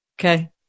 Okay